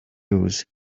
use